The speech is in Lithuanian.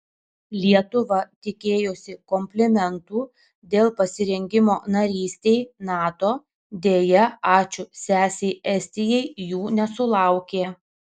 lietuva tikėjosi komplimentų dėl pasirengimo narystei nato deja ačiū sesei estijai jų nesulaukė